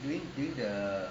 we are